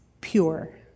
pure